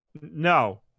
No